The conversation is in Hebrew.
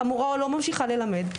המורה לא ממשיכה ללמד.